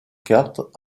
carte